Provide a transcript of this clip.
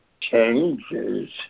changes